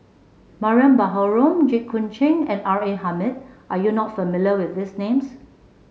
Mariam Baharom Jit Koon Ch'ng and R A Hamid are you not familiar with these names